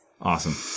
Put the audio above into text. Awesome